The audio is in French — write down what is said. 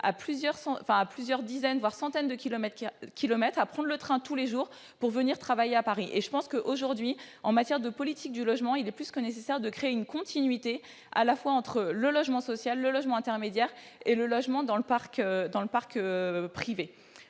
à plusieurs dizaines, voire à des centaines de kilomètres et de prendre le train tous les jours pour venir travailler à Paris ? En matière de politique du logement, il est plus que nécessaire de créer une continuité entre le logement social, le logement intermédiaire et le logement dans le parc privé.